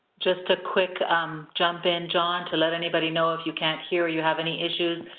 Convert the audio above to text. just a quick um jump in, john, to let anybody know if you can't hear, you have any issues,